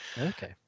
Okay